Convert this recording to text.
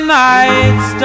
nights